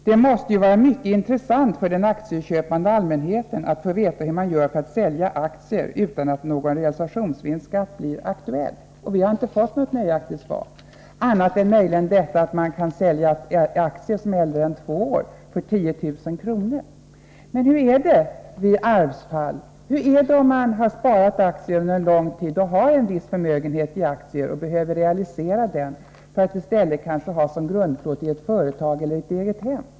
Det måste vara mycket intressant för den aktieköpande allmänheten att veta hur man gör för att sälja aktier utan att någon realisationsvinstskatt blir aktuell. Jag har inte fått något nöjaktigt svar, annat än möjligen detta att man kan sälja aktier som är äldre än två år för 10 000 kr. Men hur är det vid arvsfall? Hur är det om man har en viss förmögenhet i aktier och behöver realisera den för att ha som grundplåt i ett företag eller i ett eget hem?